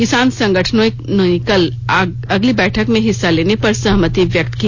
किसान संगठनों ने कल अगली बैठक में हिस्सा लेने पर सहमति व्यक्त की